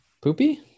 Poopy